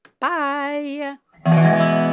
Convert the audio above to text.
Bye